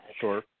Sure